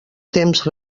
temps